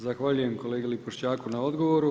Zahvaljujem kolegi Lipošćaku na odgovoru.